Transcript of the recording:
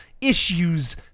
issues